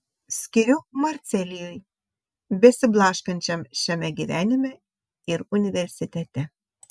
skiriu marcelijui besiblaškančiam šiame gyvenime ir universitete